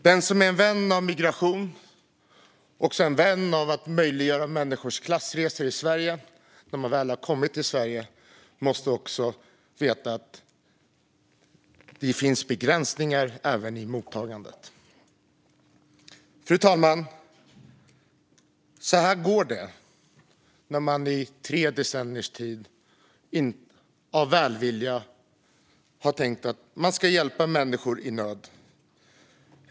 Den som är vän av migration är också en vän av att möjliggöra människors klassresor i Sverige. När man har kommit till Sverige måste man dock veta att det finns begränsningar även i mottagandet. Fru talman! Så här går det när man i tre decenniers tid av välvilja har velat hjälpa människor i nöd.